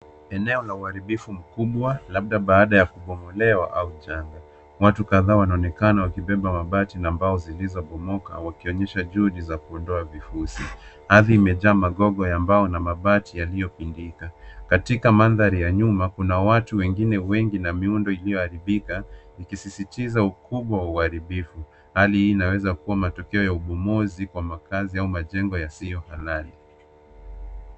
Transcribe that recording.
Eneo la uharibifu mkubwa labda baada ya kubomolewa au janga. Watu kadhaa wanaonekana wakibeba mabati na mbao zilizobomoka wakionyesha juhudi za kuondoa vifusi. Ardhi imejaa magogo ya mbao na mabati yaliyopingika. Katika mandhari ya nyuma kuna watu wengine wengi na miundo iliyoharibika ikisisitiza ukubwa wa uharibifu. Hali hii inaweza kuwa matokeo ya ubomozi kwa makazi au majengo yasiyohalali.